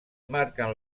marquen